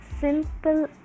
simple